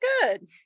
good